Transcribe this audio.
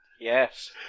Yes